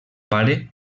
pare